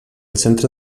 centre